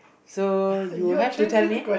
so you have to tell me